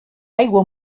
aigua